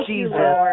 Jesus